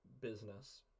business